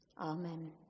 Amen